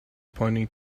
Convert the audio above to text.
pointing